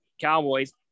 Cowboys